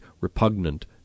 repugnant